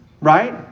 right